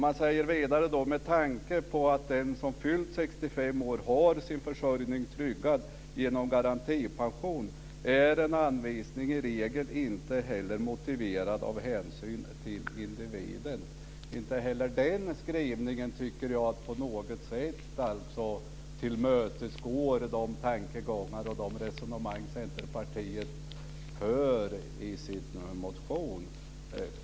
Man säger vidare att med tanke på att den som fyllt 65 år har sin försörjning tryggad genom garantipension är en anvisning i regel inte heller motiverad av hänsyn till individen. Inte heller den skrivningen tycker jag på något sätt tillmötesgår tankegångarna och resonemangen i Centerpartiets motion.